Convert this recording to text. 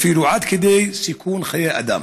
עד כדי סיכון חיי אדם